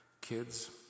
Kids